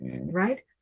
right